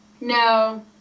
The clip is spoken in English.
No